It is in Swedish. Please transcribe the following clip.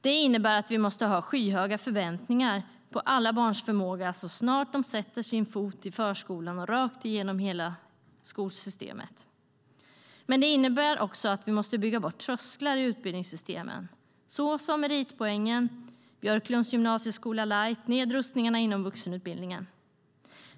Det innebär att vi måste ha skyhöga förväntningar på alla barns förmåga så snart de sätter sin fot i förskolan och rakt igenom hela skolsystemet. Det innebär också att vi måste bygga bort alla trösklar i utbildningssystemet, såsom meritpoängen, Björklunds gymnasieskola light och nedrustningarna inom vuxenutbildningen.